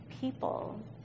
people